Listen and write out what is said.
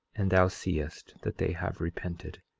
and thou seest that they have repented,